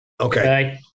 Okay